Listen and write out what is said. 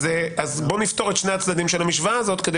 בוא נפתור את שני צדדי המשוואה הזו כדי